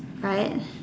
right